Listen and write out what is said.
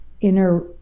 inner